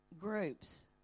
groups